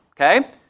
Okay